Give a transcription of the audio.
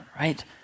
right